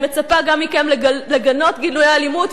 אני מצפה גם מכם לגנות גילויי אלימות,